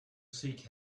seek